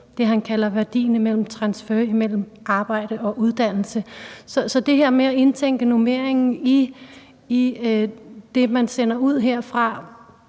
det, han kalder værdien af transfer mellem arbejde og uddannelse. Så det her med at indtænke normeringen i det, man sender ud herfra,